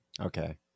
okay